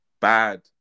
bad